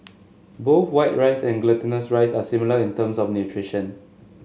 both white rice and glutinous rice are similar in terms of nutrition